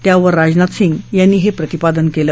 त्यावर राजनाथ सिंग यांनी हे प्रतिपादन केलं